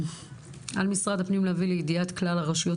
על משרד הפנים להביא לידיעת כלל הרשויות